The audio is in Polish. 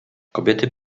kobiety